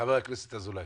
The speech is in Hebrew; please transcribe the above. חבר הכנסת אזולאי.